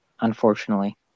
unfortunately